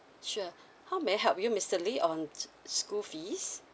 sure how may I help you mister lee on s~ school fees